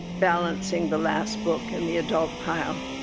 balancing the last book in the adult pile.